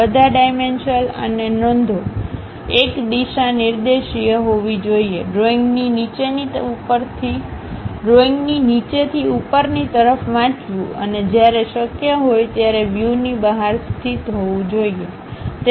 બધા ડાઈમેનશન અને નોંધો એક દિશા નિર્દેશીય હોવી જોઈએ ડ્રોઇંગની નીચેથી ઉપરની તરફ વાંચવું અને જ્યારે શક્ય હોય ત્યારે વ્યૂ ની બહાર સ્થિત હોવું જોઈએ